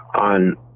on